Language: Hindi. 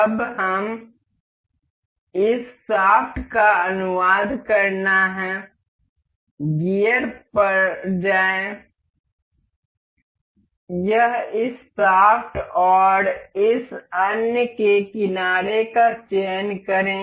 अब और इस शाफ्ट का अनुवाद करना है गियर पड़ जाए यह इस शाफ्ट और इस अन्य के किनारे का चयन करें